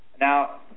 Now